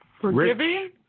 forgiving